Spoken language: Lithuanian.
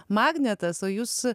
magnetas o jūs